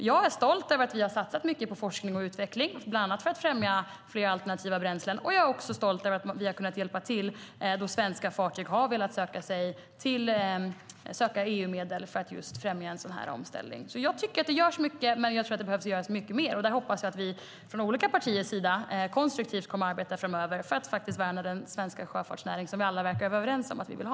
Jag är stolt över att vi har satsat mycket på forskning och utveckling, bland annat för att främja fler alternativa bränslen, och jag är också stolt över att vi har kunnat hjälpa till när svenska fartyg har velat söka EU-medel för att främja en sådan omställning. Jag tycker alltså att det görs mycket, men jag tror att det behöver göras mycket mer. Där hoppas jag att vi från olika partier kommer att arbeta konstruktivt framöver för att värna den svenska sjöfartsnäring som vi alla verkar vara överens om att vi vill ha.